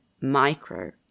micro